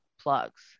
plugs